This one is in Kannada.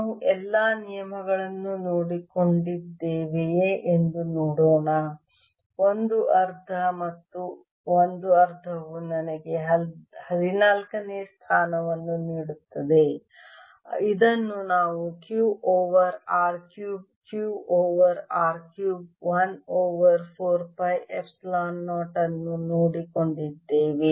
ನಾವು ಎಲ್ಲಾ ನಿಯಮಗಳನ್ನು ನೋಡಿಕೊಂಡಿದ್ದೇವೆಯೇ ಎಂದು ನೋಡೋಣ 1 ಅರ್ಧ ಮತ್ತು 1 ಅರ್ಧವು ನನಗೆ 14 ನೇ ಸ್ಥಾನವನ್ನು ನೀಡುತ್ತದೆ ಇದನ್ನು ನಾವು Q over R cube Q over R cube 1 over 4 pi epsilon 0 ಅನ್ನು ನೋಡಿಕೊಂಡಿದ್ದೇವೆ